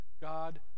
God